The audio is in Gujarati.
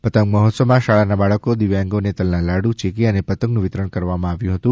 પતંગ મહોત્સવમાં શાળાઓના બાળકો દિવ્યાંગોને તલના લાડુ ચીકી અને પતંગનું વિતરણ કરવામાં આવ્યું હતું